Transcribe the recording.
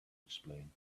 explain